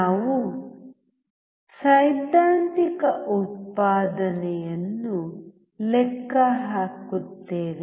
ನಾವು ಸೈದ್ಧಾಂತಿಕ ಉತ್ಪಾದನೆಯನ್ನು ಲೆಕ್ಕ ಹಾಕುತ್ತೇವೆ